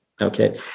Okay